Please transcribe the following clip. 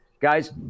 Guys